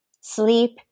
sleep